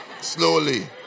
slowly